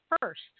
first